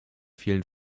vielen